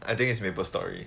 I think it's maple story